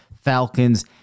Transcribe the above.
Falcons